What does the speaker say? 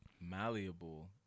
Malleable